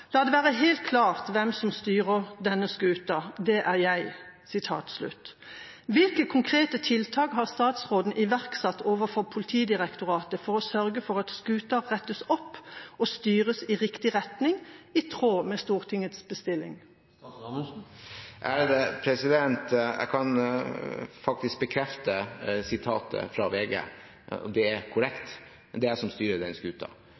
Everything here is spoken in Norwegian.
det være helt klart hvem som styrer denne skuta. Det er jeg.» Hvilke konkrete tiltak har statsråden iverksatt overfor Politidirektoratet for å sørge for at skuta rettes opp og styres i riktig retning, i tråd med Stortingets bestilling? Jeg kan faktisk bekrefte sitatet fra VG. Det er korrekt, det er jeg som styrer den